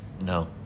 No